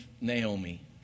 Naomi